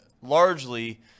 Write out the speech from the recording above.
largely